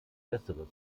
besseres